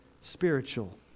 spiritual